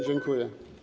Dziękuję.